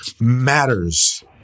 matters